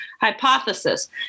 hypothesis